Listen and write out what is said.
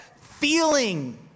feeling